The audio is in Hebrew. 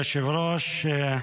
מכובדי היושב-ראש,